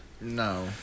No